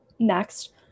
Next